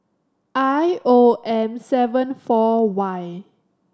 I O M seven four Y